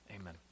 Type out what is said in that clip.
Amen